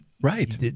right